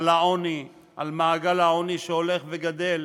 על העוני, על מעגל העוני שהולך וגדל,